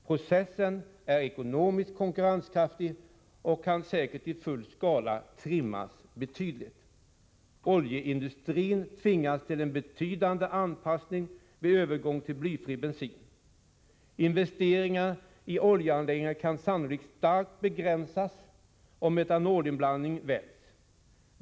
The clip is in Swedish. Processen är ekonomiskt konkurrenskraftig och kan säkert i full skala trimmas betydligt. Oljeindustrin tvingas till en betydande anpassning vid övergång till blyfri bensin. Investeringarna i oljeanläggningar kan sannolikt starkt begränsas, om etanolinblandning väljs.